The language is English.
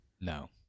No